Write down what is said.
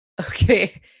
Okay